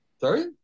Sorry